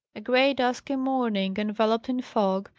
a grey dusky morning, enveloped in fog,